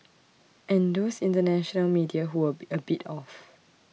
and those international media who were be a bit off